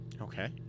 Okay